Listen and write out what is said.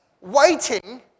waiting